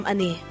Ani